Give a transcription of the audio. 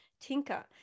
tinker